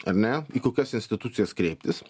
ar ne į kokias institucijas kreiptis